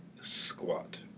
squat